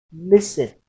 listen